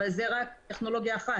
אבל זו רק טכנולוגיה אחת.